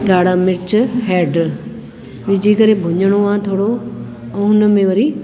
ॻाढ़ा मिर्च हैड विझी करे भुञिणो आहे थोरो ऐं हुन में वरी